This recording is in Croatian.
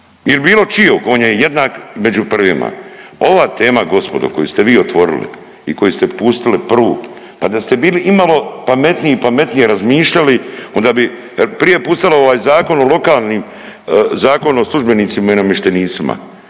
ili bilo čijeg, on je jednak među prvima. Ova tema gospodo koju ste vi otvorili i koji ste pustili prvu, pa da ste bili imalo pametniji i pametnije razmišljali onda bi prije pustilo ovaj zakon o lokalnim, zakon o službenicima i namještenicima